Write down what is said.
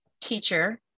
teacher